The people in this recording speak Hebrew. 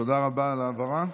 תודה רבה על ההבהרה.